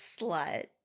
slut